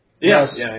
Yes